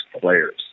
players